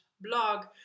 blog